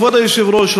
כבוד היושב-ראש,